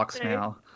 now